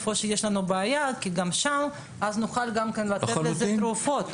היכן יש לנו בעיה כי אז נוכל לתת לזה תרופות.